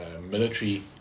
military